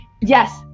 yes